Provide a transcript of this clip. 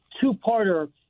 two-parter